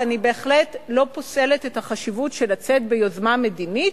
ואני בהחלט לא פוסלת את החשיבות של לצאת ביוזמה מדינית